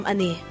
Ani